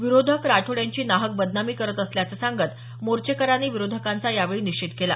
विरोधक राठोड यांची नाहक बदनामी करत असल्याचं सांगत मोर्चेकऱ्यांनी विरोधकांचा यावेळी निषेध केला